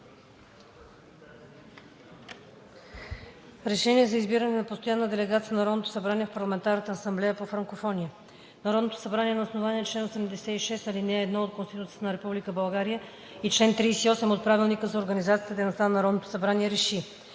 РЕШЕНИЕ за избиране на постоянна делегация на Народното събрание в Парламентарната асамблея по франкофония Народното събрание на основание чл. 86, ал. 1 от Конституцията на Република България и чл. 38 от Правилника за организацията и дейността на Народното събрание РЕШИ: